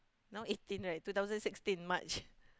now eighteen right two thousand sixteen March